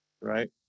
Right